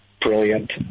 Brilliant